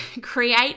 create